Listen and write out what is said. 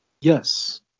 Yes